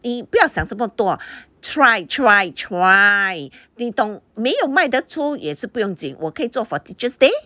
你不要想这么多 try try try 你懂没有卖的出也是不用紧我可以做 for teachers' day